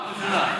פעם ראשונה.